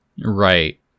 Right